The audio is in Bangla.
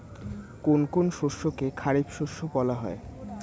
কোন কোন শস্যকে খারিফ শস্য বলা হয়?